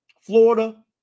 Florida